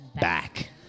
back